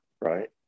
right